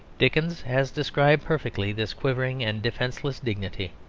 dickens has described perfectly this quivering and defenceless dignity.